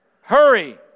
Hurry